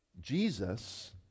Jesus